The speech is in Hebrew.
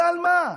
ועל מה?